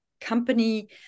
company